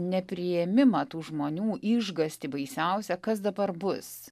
nepriėmimą tų žmonių išgąstį baisiausią kas dabar bus